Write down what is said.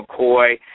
McCoy